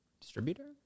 distributor